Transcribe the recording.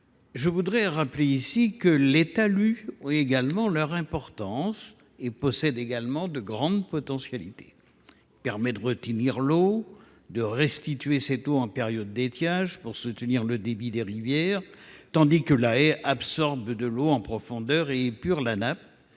je voudrais rappeler que les talus ont également leur importance. Ceux ci recèlent de grandes potentialités : ils permettent de retenir l’eau et de la restituer en période d’étiage pour soutenir le débit des rivières. La haie absorbe de l’eau en profondeur et épure la nappe